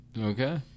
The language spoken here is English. Okay